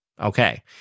Okay